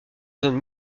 zone